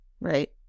right